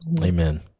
Amen